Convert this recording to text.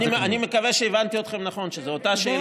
אני מקווה שהבנתי אתכם נכון, שזאת אותה שאלה.